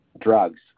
drugs